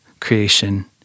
creation